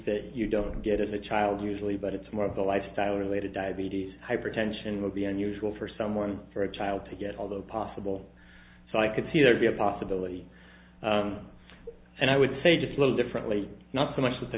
that you don't get as a child usually but it's more of a lifestyle related diabetes hypertension would be unusual for someone for a child to get although possible so i could see there be a possibility and i would say just a little differently not so much with the